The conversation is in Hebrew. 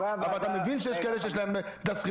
אבל אתה מבין שיש כאלה שיש להם שכירות,